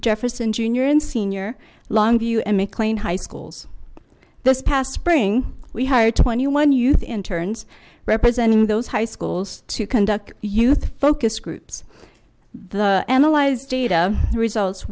jefferson junior and senior longview and mclean high schools this past spring we hired twenty one youth interns representing those high schools to conduct youth focus groups the analyze data the results